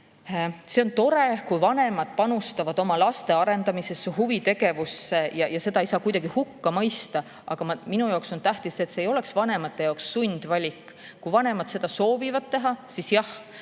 see on tore, kui vanemad panustavad oma laste arendamisse ning huvitegevusse, ja seda ei saa kuidagi hukka mõista. Aga minu jaoks on tähtis, et see ei oleks vanemate jaoks sundvalik. Kui vanemad seda soovivad teha, siis jah,